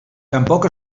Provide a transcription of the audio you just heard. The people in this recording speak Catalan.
tampoc